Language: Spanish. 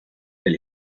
del